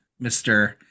mr